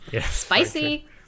Spicy